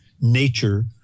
nature